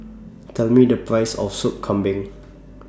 Tell Me The Price of Sop Kambing